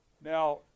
Now